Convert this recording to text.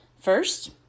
First